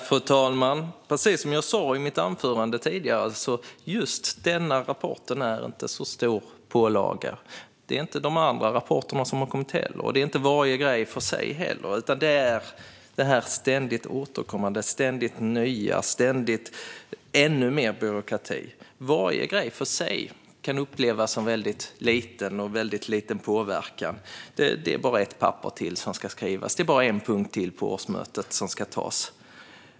Fru talman! Precis som jag sa i mitt anförande är inte just den här rapporten en så stor pålaga. Det är inte heller de andra rapporterna som har kommit, och det är heller inte varje grej för sig. Vad det handlar om är ständigt återkommande och mer byråkrati. Varje grej för sig kan upplevas som väldigt liten och ha en väldigt liten påverkan. Det är ju bara ett papper till som ska skrivas och bara en punkt till som ska tas på årsmötet.